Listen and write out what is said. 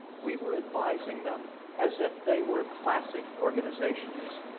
we were advising them as if they were classic organizations.